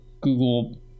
Google